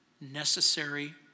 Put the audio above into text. necessary